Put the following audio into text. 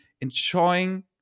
enjoying